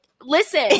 Listen